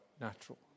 natural